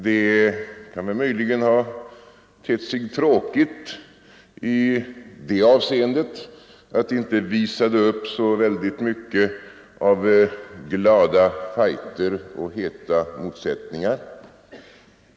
Det kan väl ha tett sig tråkigt i det avseendet att det inte visade så väldigt mycket av glada fighter och heta motsättningar.